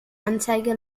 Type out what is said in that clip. anzeige